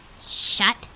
Shut